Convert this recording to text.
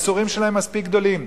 הייסורים שלהם מספיק גדולים.